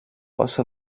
όσο